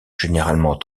généralement